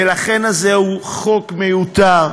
ולכן, זהו חוק מיותר,